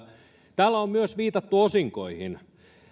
täällä on myös viitattu osinkoihin